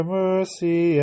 mercy